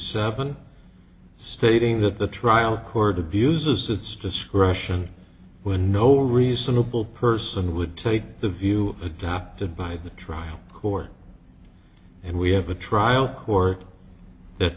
seven stating that the trial court abuses its discretion when no reasonable person would take the view adopted by the trial court and we have a trial court that